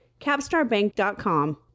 CapstarBank.com